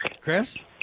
Chris